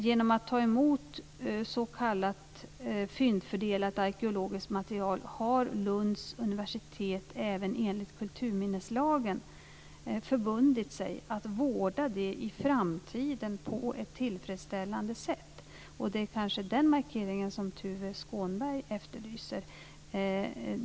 Genom att ta emot s.k. fyndfördelat arkeologiskt material har Lunds universitet även enligt kulturminneslagen förbundit sig att vårda det i framtiden på ett tillfredsställande sätt. Det är kanske den markeringen som Tuve Skånberg efterlyser.